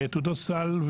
תעודות סל,